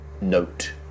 note